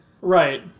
Right